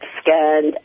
scanned